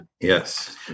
Yes